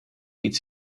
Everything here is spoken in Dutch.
iets